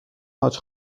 حاج